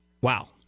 Wow